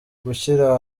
gushyira